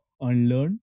unlearn